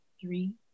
three